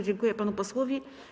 Dziękuję panu posłowi.